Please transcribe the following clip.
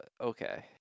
Okay